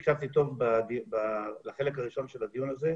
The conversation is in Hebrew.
אנחנו לא עומדים ביעד לא בגלל שאנחנו מרוויחים מזה משהו